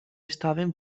estaven